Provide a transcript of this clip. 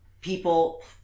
people